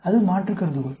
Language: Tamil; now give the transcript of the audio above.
அது மாற்று கருதுகோள்